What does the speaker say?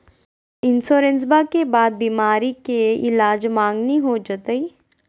इंसोरेंसबा के बाद बीमारी के ईलाज मांगनी हो जयते?